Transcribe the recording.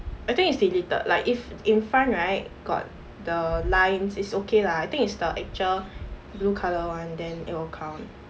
I think is deleted like if in front right got the lines is okay lah I think is the actual blue colour one then it'll count